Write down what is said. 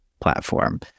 platform